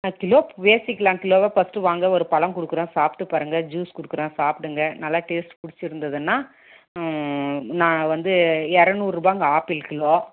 கிலோவுக்கு பேசிக்குலாம் கிலோ எல்லாம் ஃபர்ஸ்ட் வாங்க ஒரு பழ கொடுக்குறன் சாப்பிட்டு பாருங்கள் ஜூஸ் கொடுக்குறன் சாப்பிடுங்க நல்லா டேஸ்ட் பிடிச்சிருந்துதுனா நான் வந்து இரநூறுவாங்க ஆப்பிள் கிலோ